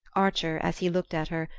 archer, as he looked at her,